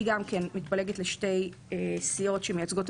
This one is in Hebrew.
היא גם כן מתפלגת לשתי סיעות שמייצגות את